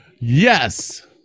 Yes